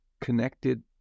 connected